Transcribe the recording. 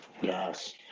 yes